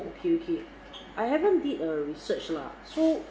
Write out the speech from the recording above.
okay okay I haven't did a research lah so